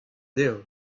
dezho